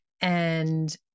and-